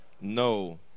no